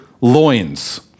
loins